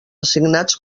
assignats